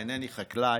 חקלאי,